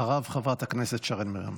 אחריו, חברת הכנסת שרן מרים השכל.